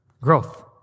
growth